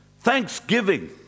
thanksgiving